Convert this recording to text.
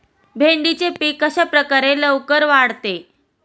भेंडीचे पीक कशाप्रकारे लवकर वाढते?